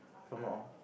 if I'm not wrong